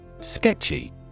Sketchy